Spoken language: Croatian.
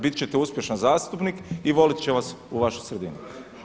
Bit ćete uspješan zastupnik i volit će vas u vašoj sredini.